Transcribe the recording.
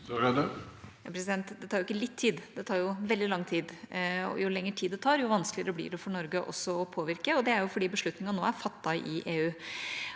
Det tar ikke litt tid – det tar veldig lang tid, og jo lengre tid det tar, jo vanskeligere blir det også for Norge å påvirke. Det er fordi beslutningen nå er fattet i EU.